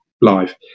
live